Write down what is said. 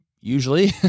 usually